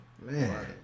man